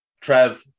Trev